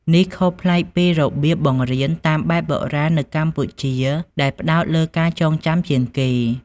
នេះខុសប្លែកពីរបៀបបង្រៀនតាមបែបបុរាណនៅកម្ពុជា ដែលផ្តោតលើការចងចាំជាងគេ។